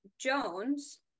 Jones